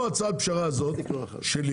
או הצעת הפשרה הזאת שלי.